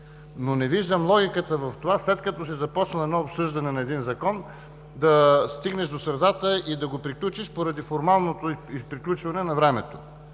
Не виждам логиката в това, след като си започнал обсъждане на един законопроект, да стигнеш до средата и да го приключиш поради формалното приключване на времето.